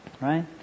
Right